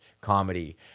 comedy